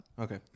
Okay